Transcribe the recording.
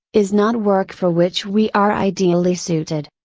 is not work for which we are ideally suited.